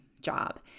job